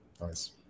Nice